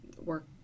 work